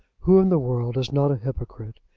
who in the world is not a hypocrite?